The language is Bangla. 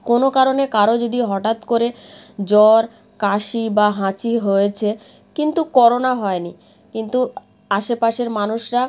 কোনো কারণে কারও যদি হটাৎ করে জ্বর কাশি বা হাঁচি হয়েছে কিন্তু করোনা হয় নি কিন্তু আশেপাশের মানুষরা